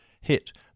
hit